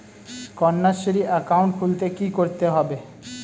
Kanyashree account খুলতে কী করতে হবে?